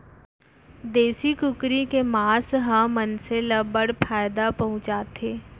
देसी कुकरी के मांस ह मनसे ल बड़ फायदा पहुंचाथे